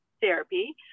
therapy